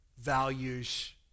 values